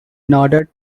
nodded